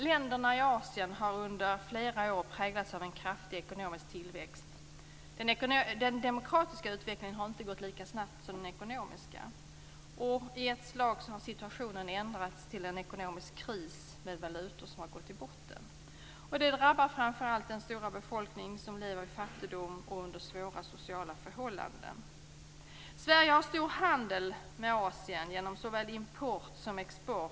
Länderna i Asien har under flera år präglats av en kraftig ekonomisk tillväxt. Den demokratiska utvecklingen har inte gått lika snabbt som den ekonomiska. I ett slag har situationen ändrats. Det har blivit en ekonomisk kris och valutor har gått i botten. Detta drabbar framför allt den stora del av befolkningen som lever i fattigdom och under svåra sociala förhållanden. Sverige har en stor handel med Asien, såväl genom import som genom export.